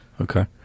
okay